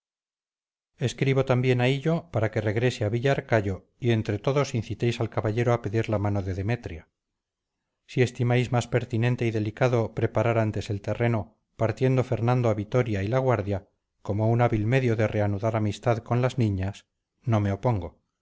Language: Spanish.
escribo también a hillo para que regrese a villarcayo y entre todos incitéis al caballero a pedir la mano de demetria si estimáis más pertinente y delicado preparar antes el terreno partiendo fernando a vitoria y la guardia como un hábil medio de reanudar amistad con las niñas no me opongo